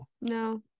no